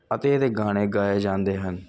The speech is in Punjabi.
ਅਤੇ ਇਹਦੇ ਗਾਣੇ ਗਾਏ ਜਾਂਦੇ ਹਨ